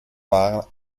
war